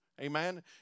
amen